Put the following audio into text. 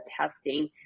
testing